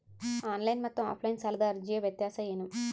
Online ಮತ್ತು offline ಸಾಲದ ಅರ್ಜಿಯ ವ್ಯತ್ಯಾಸ ಏನು?